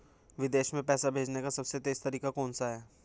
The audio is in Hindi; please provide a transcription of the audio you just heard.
विदेश में पैसा भेजने का सबसे तेज़ तरीका कौनसा है?